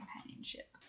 companionship